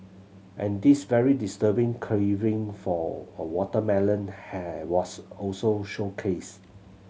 and this very disturbing carving for a watermelon has was also showcased